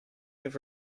have